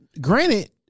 granted